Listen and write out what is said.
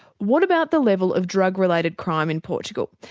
what about the level of drug related crime in portugal?